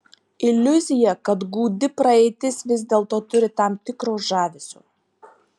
iliuzija kad gūdi praeitis vis dėlto turi tam tikro žavesio